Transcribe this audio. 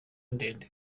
ndende